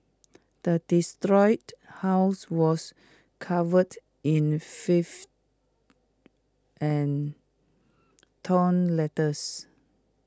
the house was covered in fifth and torn letters